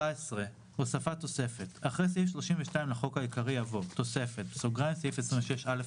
"הוספת תוספת 14. אחרי סעיף 32 לחוק העיקרי יבוא: "תוספת (סעיף 26א,